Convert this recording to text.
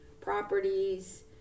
properties